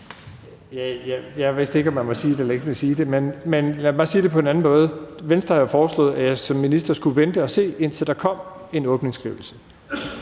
Jeg vidste ikke, om man måtte sige det eller ikke måtte sige det, men lad mig sige det på en anden måde: Venstre har jo foreslået, at jeg som minister skulle vente og se, indtil der kom en åbningsskrivelse.